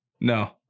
no